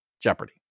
jeopardy